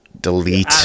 delete